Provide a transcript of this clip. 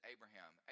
Abraham